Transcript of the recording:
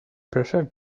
pressure